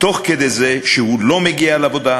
תוך כדי זה שהוא לא מגיע לעבודה,